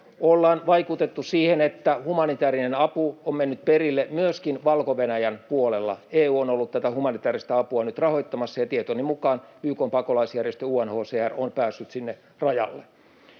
Ollaan vaikutettu siihen, että humanitäärinen apu on mennyt perille myöskin Valko-Venäjän puolella. EU on ollut tätä humanitääristä apua nyt rahoittamassa, ja tietoni mukaan YK:n pakolaisjärjestö UNHCR on päässyt sinne rajalle.